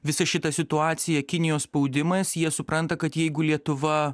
visa šita situacija kinijos spaudimas jie supranta kad jeigu lietuva